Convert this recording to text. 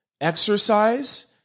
exercise